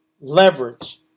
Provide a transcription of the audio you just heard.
Leverage